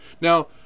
Now